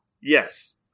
Yes